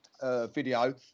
video